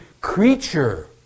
creature